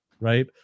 right